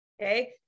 Okay